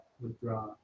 withdraw